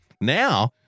Now